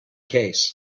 case